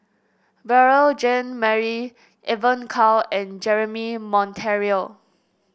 Beurel Jean Marie Evon Kow and Jeremy Monteiro